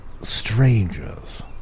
strangers